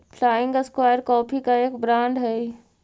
flying square coffee का एक brand हई